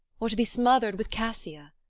or to be smothered with cassia?